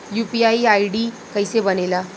UPI ID कैसे बनेला?